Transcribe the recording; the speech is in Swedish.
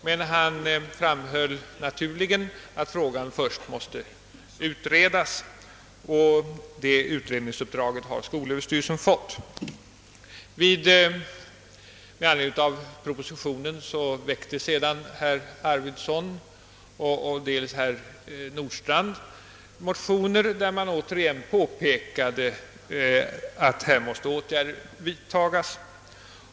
Men han framhöll naturligtvis att saken först måste utredas, och det utredningsuppdraget hade skolöverstyrelsen fått. Med anledning av propositionen väckte sedan herr Arvidson och herr Nordstrandh motioner där de ånyo påpekade att åtgärder måste vidtas.